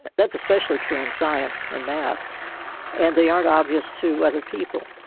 that's especially true in science and math and they aren't obvious to other people.